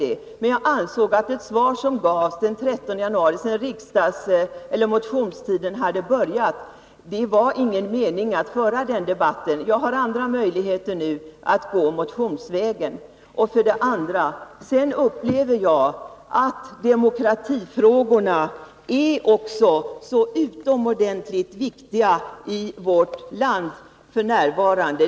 Jag har emellertid ansett att det inte var någon mening med att diskutera frågan här i riksdagen den 13 januari, sedan den allmänna motionstiden har påbörjats. Jag har nu andra möjligheter att ta upp frågan, t.ex. genom att väcka en motion. Jag upplever att demokratifrågorna f. n. är utomordentligt viktiga i vårt land.